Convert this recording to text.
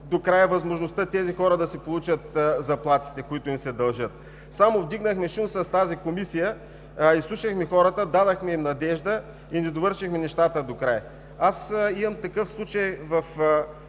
докрай възможността хората да си получат заплатите, които им се дължат? Само вдигнахме шум с тази Комисия, изслушахме хората, дадохме им надежда и недовършихме нещата докрай. Такъв случай